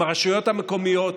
עם הרשויות המקומיות,